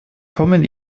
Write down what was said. kommen